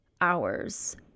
hours